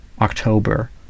October